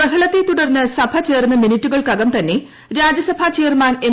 ബഹളത്തെത്തുടർന്ന് സഭ ചേർന്ന് മിനിട്ടുകൾക്കകം തന്നെ രാജ്യസഭാ ചെയർമാൻ എം